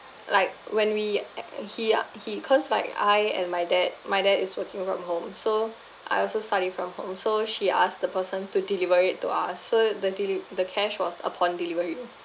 like when we a~ he uh he cause like I and my dad my dad is working from home so I also study from home so she ask the person to deliver it to us so the deli~ the cash was upon delivery